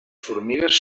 formigues